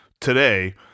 today